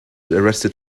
arrested